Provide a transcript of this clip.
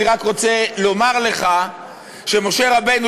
אני רק רוצה לומר לך שמשה רבנו,